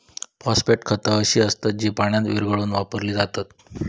phosphate खता अशी असत जी पाण्यात विरघळवून वापरली जातत